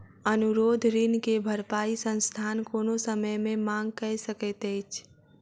अनुरोध ऋण के भरपाई संस्थान कोनो समय मे मांग कय सकैत अछि